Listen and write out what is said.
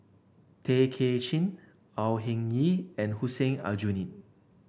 Tay Kay Chin Au Hing Yee and Hussein Aljunied